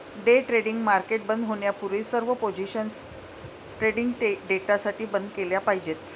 day trading market बंद होण्यापूर्वी सर्व पोझिशन्स ट्रेडिंग डेसाठी बंद केल्या पाहिजेत